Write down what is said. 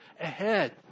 ahead